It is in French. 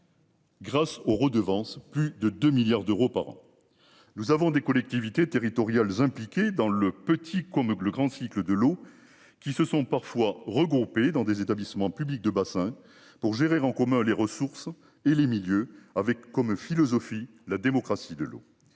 Grâce aux redevances plus de 2 milliards d'euros par an. Nous avons des collectivités territoriales impliquées dans le petit con me que le grand cycle de l'eau qui se sont parfois regroupées dans des établissements publics de bassin pour gérer en commun les ressources et les milieux avec comme philosophie la démocratie de l'eau.